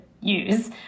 use